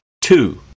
two